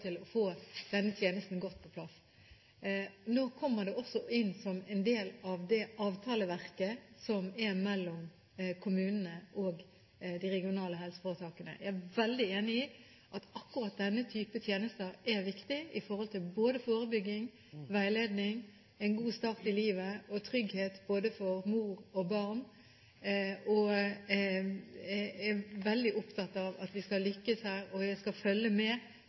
å få denne tjenesten godt på plass. Nå kommer det også inn som en del av det avtaleverket som er mellom kommunene og de regionale helseforetakene. Jeg er veldig enig i at akkurat denne type tjenester er viktig med tanke på både forebygging, veiledning, en god start i livet og trygghet for mor og barn. Jeg er veldig opptatt av at vi skal lykkes her, og jeg skal følge med